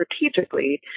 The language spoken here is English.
strategically